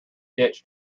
ditch